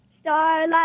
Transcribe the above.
starlight